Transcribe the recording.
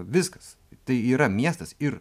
viskas tai yra miestas ir